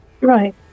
Right